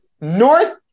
North